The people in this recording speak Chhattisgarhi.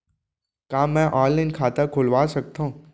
का मैं ऑनलाइन खाता खोलवा सकथव?